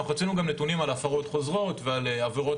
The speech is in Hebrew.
אנחנו רצינו גם נתונים על הפרות חוזרות ועל עבירות